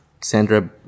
Sandra